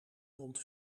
rond